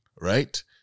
right